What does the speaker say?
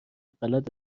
غلط